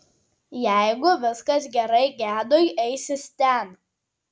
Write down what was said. jeigu viskas gerai gedui eisis ten